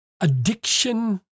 addiction